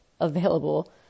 available